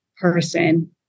person